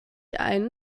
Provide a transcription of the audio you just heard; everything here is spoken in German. einen